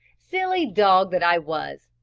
silly dog that i was!